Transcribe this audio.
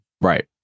Right